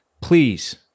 please